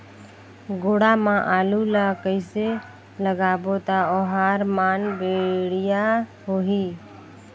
गोडा मा आलू ला कइसे लगाबो ता ओहार मान बेडिया होही?